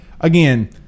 again